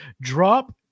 Drop